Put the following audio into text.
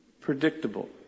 predictable